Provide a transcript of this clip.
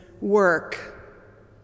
work